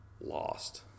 lost